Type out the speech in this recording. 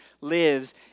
lives